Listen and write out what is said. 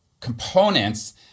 components